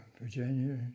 Virginia